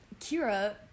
kira